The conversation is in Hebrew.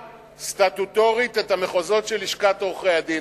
סטטוטורית את המחוזות של לשכת עורכי-הדין.